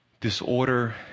disorder